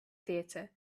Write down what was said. theater